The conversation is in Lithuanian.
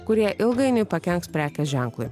kurie ilgainiui pakenks prekės ženklui